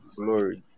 glory